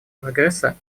прогресса